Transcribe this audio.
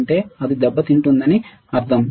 అంటే అది దెబ్బతింటుందని అర్థం